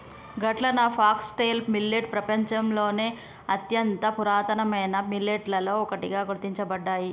గట్లన foxtail millet పెపంచంలోని అత్యంత పురాతనమైన మిల్లెట్లలో ఒకటిగా గుర్తించబడ్డాయి